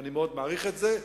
ואני מאוד מעריך את זה,